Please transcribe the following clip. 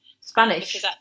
Spanish